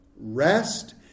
Rest